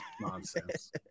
nonsense